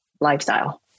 lifestyle